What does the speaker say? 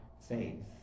faith